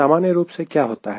सामान्य रूप से क्या होता है